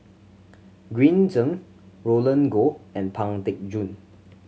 Green Zeng Roland Goh and Pang Teck Joon